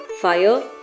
fire